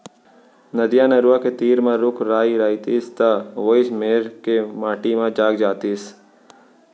नदिया, नरूवा के तीर म रूख राई रइतिस त वोइच मेर के माटी म जाग जातिस